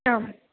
आम्